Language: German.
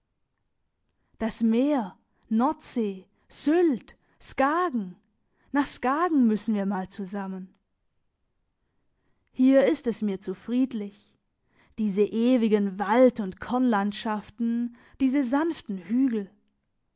das meer nordsee sylt skagen nach skagen müssen wir mal zusammen hier ist es mir zu friedlich diese ewigen wald und kornlandschaften diese sanften hügel